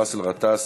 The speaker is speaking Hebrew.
באסל גטאס,